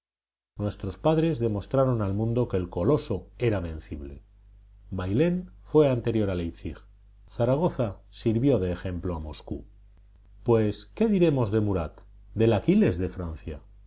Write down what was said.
nuestros padres demostraron al mundo que el coloso era vencible bailén fue anterior a leipzig zaragoza sirvió de ejemplo a moscú pues qué diremos de murat del aquiles de francia